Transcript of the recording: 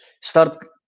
start